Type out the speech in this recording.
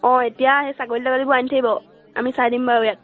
অঁ এতিয়া সেই ছাগলী ছাগলীবোৰ আনি থাকিব আমি চাই দিম বাৰু ইয়াত